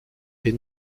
est